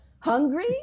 Hungry